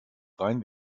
rein